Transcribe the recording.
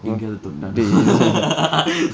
எங்கையாவது தொட்டானா:enkayaavathu thottaanaa